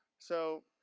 so,